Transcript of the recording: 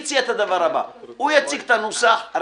כך: הוא יציג את הנוסח.